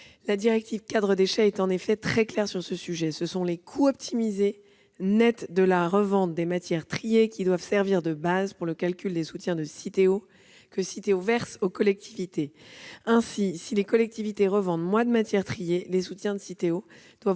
La directive-cadre Déchets est en effet très claire sur ce sujet : ce sont les coûts optimisés nets de la revente des matières triées qui doivent servir de base pour le calcul des soutiens que Citeo verse aux collectivités. Ainsi, si les collectivités revendent moins de matières triées, les soutiens de Citeo doivent